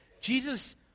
Jesus